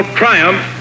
triumph